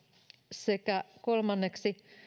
sekä kolmanneksi